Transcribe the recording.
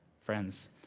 Friends